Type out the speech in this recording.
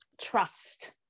trust